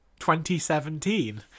2017